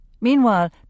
Meanwhile